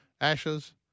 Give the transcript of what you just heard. Ashes